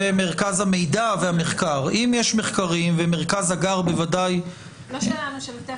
אם יש מחקרים, ומרכז הגר -- לא שלנו, של הטכניון.